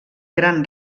gran